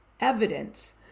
evidence